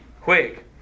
quick